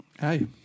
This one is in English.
hey